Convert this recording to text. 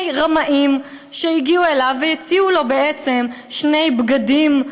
רמאים שהגיעו אליו והציעו לו בעצם שני בגדים,